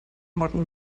modern